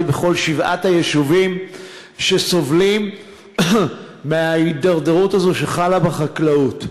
בכל שבעת היישובים שסובלים מההידרדרות הזאת שחלה בחקלאות.